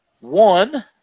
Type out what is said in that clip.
One